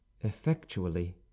effectually